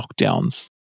lockdowns